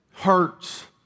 Hurts